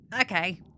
Okay